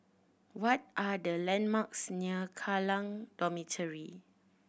what are the landmarks near Kallang Dormitory